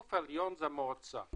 הגוף העליון זה המועצה,